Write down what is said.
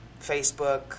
Facebook